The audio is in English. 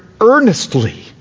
earnestly